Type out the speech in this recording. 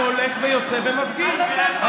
שהולך ויוצא ומפגין.